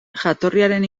jatorriaren